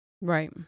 Right